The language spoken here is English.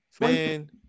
Man